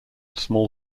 small